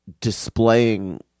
displaying